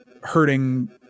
hurting